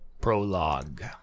prologue